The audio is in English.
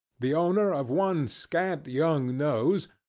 the owner of one scant young nose,